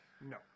No